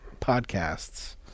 podcasts